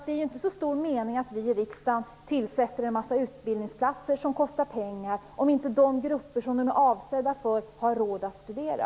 Det är inte så stor mening med att riksdagen inrättar en mängd utbildningsplatser som kostar pengar, om de grupper som de är avsedda för inte har råd att studera.